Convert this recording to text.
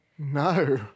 No